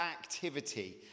activity